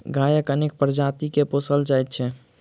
गायक अनेक प्रजाति के पोसल जाइत छै